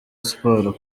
sports